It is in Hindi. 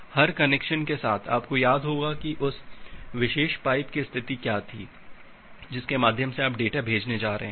हर कनेक्शन के साथ आपको याद होगा कि उस विशेष पाइप की स्थिति क्या थी जिसके माध्यम से आप डेटा भेजने जा रहे हैं